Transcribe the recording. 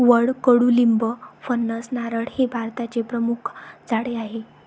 वड, कडुलिंब, फणस, नारळ हे भारताचे प्रमुख झाडे आहे